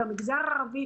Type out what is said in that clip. במגזר הערבי